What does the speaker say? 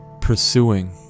pursuing